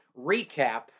Recap